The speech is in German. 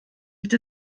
wird